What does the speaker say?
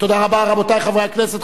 תודה רבה, רבותי חברי הכנסת.